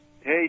Hey